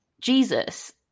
Jesus